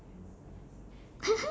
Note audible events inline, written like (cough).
(laughs)